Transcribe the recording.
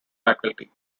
faculty